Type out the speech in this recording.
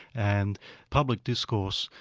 and public discourse,